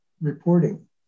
reporting